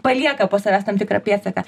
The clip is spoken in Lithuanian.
palieka po savęs tam tikrą pėdsaką